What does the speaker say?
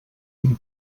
amb